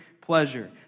pleasure